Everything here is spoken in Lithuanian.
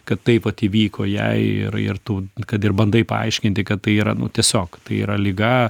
kad taip vat įvyko jai ir ir tų kad ir bandai paaiškinti kad tai yra nu tiesiog tai yra liga